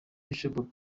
bishop